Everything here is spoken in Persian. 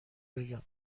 بگم